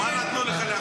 בוא נצביע,